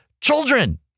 children